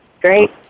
Great